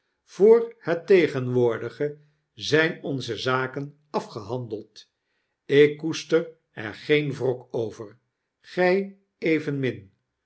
voor het tegenwoordige zijn onze zaken afgehandeld ik koester er geen wrok over gij evenmin